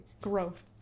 Growth